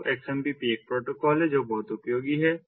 तो XMPP एक protocol है जो बहुत उपयोगी है